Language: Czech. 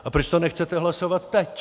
A proč to nechcete hlasovat teď?